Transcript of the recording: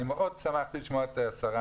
אני מאוד שמחתי לשמוע את השרה,